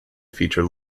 feature